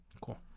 Cool